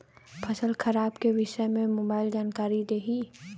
फसल खराब के विषय में मोबाइल जानकारी देही